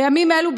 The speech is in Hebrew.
בימים אלו,